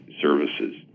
services